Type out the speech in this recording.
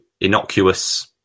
innocuous